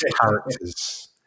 characters